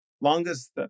longest